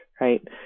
right